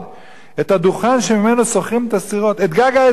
את הדוכן שממנו שוכרים את הסירות, את גג האזבסט,